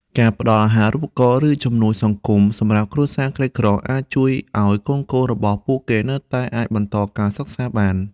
ការផ្តល់អាហារូបករណ៍ ឬជំនួយសង្គមសម្រាប់គ្រួសារក្រីក្រអាចជួយឱ្យកូនៗរបស់ពួកគេនៅតែអាចបន្តការសិក្សាបាន។